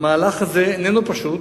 המהלך הזה איננו פשוט,